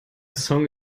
song